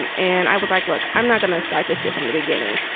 and and i was like, look, i'm not going to start this shit from the beginning.